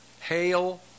hail